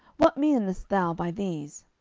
what meanest thou by these?